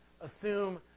assume